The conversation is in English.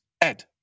Ed